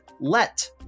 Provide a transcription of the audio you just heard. let